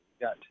Got